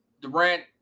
Durant